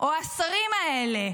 או השרים האלה?